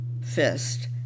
fist